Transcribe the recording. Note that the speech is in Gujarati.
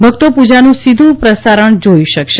ભકતો પુજાનું સીધુ પ્રસારણ જોઇ શકશે